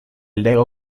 lego